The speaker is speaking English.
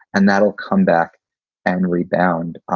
and that'll come back and rebound,